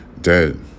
dead